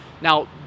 Now